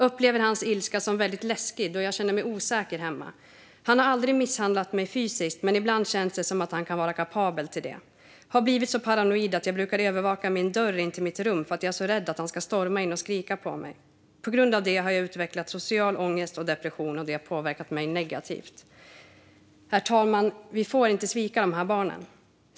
Upplever hans ilska som väldigt läskig då jag känner mig osäker hemma, han har aldrig misshandlat mig fysiskt men ibland känns det som att han kan vara kapabel till det. Har blivit så paranoid att jag brukar övervaka min dörr in till mitt rum för att jag är rädd att han ska storma in och skrika på mig. På grund av det, har jag utvecklat social ångest och depression, det har påverkat mig negativt." Herr talman! Vi får inte svika de här barnen.